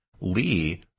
Lee